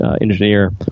engineer